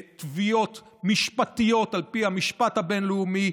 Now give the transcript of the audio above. תביעות משפטיות על פי המשפט הבין-לאומי,